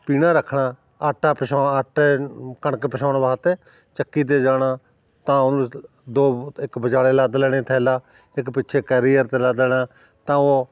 ਪੀਹਣਾ ਰੱਖਣਾ ਆਟਾ ਪਿਸਾਉਣਾ ਆਟਾ ਕਣਕ ਪਿਸਾਉਣ ਵਾਸਤੇ ਚੱਕੀ 'ਤੇ ਜਾਣਾ ਤਾਂ ਉਹਨੂੰ ਦੋ ਇੱਕ ਵਿਚਾਲੇ ਲੱਦ ਲੈਣੇ ਥੈਲਾ ਇੱਕ ਪਿੱਛੇ ਕੈਰੀਅਰ 'ਤੇ ਲੱਦ ਲੈਣਾ ਤਾਂ ਉਹ